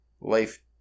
life